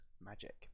magic